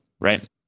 right